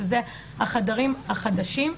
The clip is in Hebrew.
שזה החדרים החדשים,